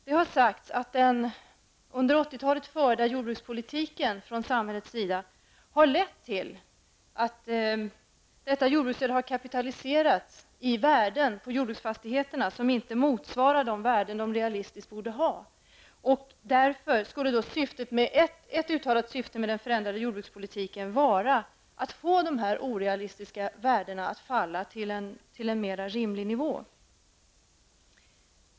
Det har sagts att det av samhället under 80-talet beviljade jordbruksstödet har kapitaliserats i jordbruksfastigheterna och lett till icke realistiska värden på dessa . Ett syfte med den förändrade jordbrukspolitiken skulle vara att få dessa orealistiska värden att falla till en mera rimlig nivå.